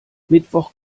mittwoch